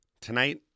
tonight